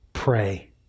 Pray